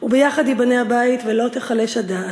וביחד ייבנה הבית ולא תיחלש הדעת.